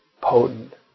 potent